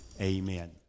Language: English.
amen